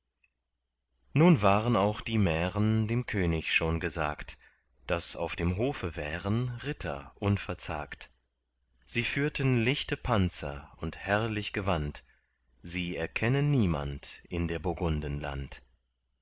nun waren auch die mären dem könig schon gesagt daß auf dem hofe wären ritter unverzagt sie führten lichte panzer und herrlich gewand sie erkenne niemand in der burgunden land